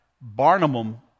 Barnum